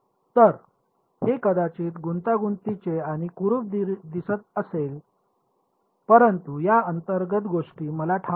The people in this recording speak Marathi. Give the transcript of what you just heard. तर हे कदाचित गुंतागुंतीचे आणि कुरुप दिसत असेल परंतु या अंतर्गत गोष्टी मला ठाऊक आहे